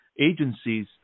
agencies